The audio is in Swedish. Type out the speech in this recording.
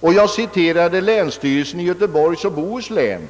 Jag åberopade också att länsstyrelsen i Göteborgs och Bohus län